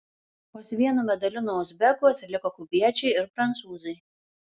vos vienu medaliu nuo uzbekų atsiliko kubiečiai ir prancūzai